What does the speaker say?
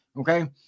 Okay